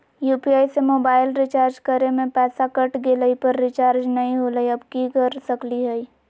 UPI से mobile recharge करे में पैसा कट गेलई, पर रिचार्ज नई होलई, अब की कर सकली हई?